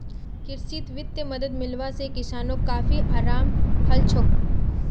कृषित वित्तीय मदद मिलवा से किसानोंक काफी अराम हलछोक